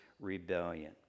rebellion